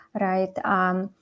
right